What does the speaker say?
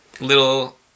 Little